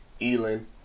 Elon